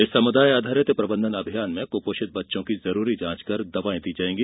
इस समुदाय आधारित प्रबंधन अभियान में कुपोषित बच्चों की जरूरी जांच कर दवायें दी जायेंगी